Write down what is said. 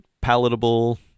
palatable